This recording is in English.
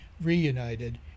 reunited